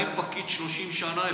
אני פקיד 30 שנה,